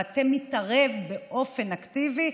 המטה מתערב באופן אקטיבי,